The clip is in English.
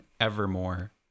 Evermore